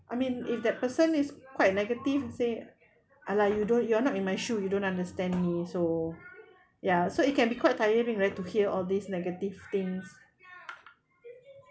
I mean if that person is quite negative let's say ah la you don't you're not in my shoe you don't understand me so ya so it can be quite tiring right to hear of these negative things